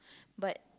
but